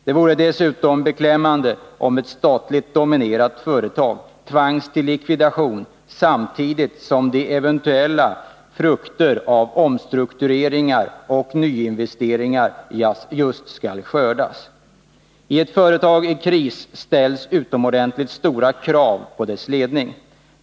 Det vore dessutom beklämmande, om ett statligt dominerat företag tvangs till likvidation, samtidigt som eventuella frukter av omstruktureringar och nyinvesteringar just skall skördas. I ett företag i kris ställs utomordentligt stora krav på dess ledning.